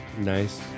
Nice